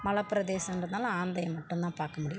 மலைப்பிரதேசன்றதுனால ஆந்தையை மட்டும் தான் பார்க்க முடியும்